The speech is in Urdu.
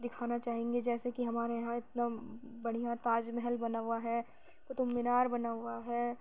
دکھانا چاہیں گے جیسے کہ ہمارے یہاں اتنا بڑھیا تاج محل بنا ہوا ہے قطب مینار بنا ہوا ہے